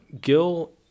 Gil